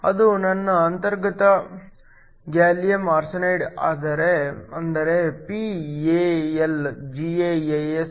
ಅದು ನನ್ನ ಅಂತರ್ಗತ ಗ್ಯಾಲಿಯಮ್ ಆರ್ಸೆನೈಡ್ ಅಂದರೆ P AlGaAs